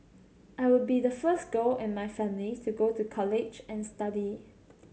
I would be the first girl in my family to go to college and study